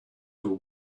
till